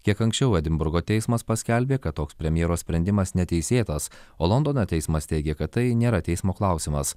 kiek anksčiau edinburgo teismas paskelbė kad toks premjero sprendimas neteisėtas o londono teismas teigia kad tai nėra teismo klausimas